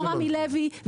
לא רמי לוי,